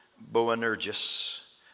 Boanerges